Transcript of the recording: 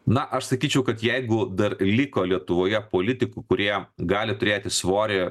na aš sakyčiau kad jeigu dar liko lietuvoje politikų kurie gali turėti svorį